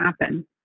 happen